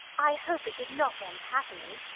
i hope it did not end happily?